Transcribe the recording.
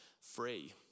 free